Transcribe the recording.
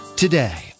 Today